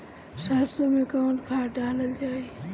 सरसो मैं कवन खाद डालल जाई?